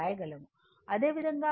అదేవిధంగా కరెంట్ కి Im sin ω t